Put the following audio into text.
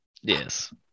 Yes